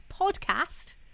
podcast